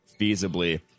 feasibly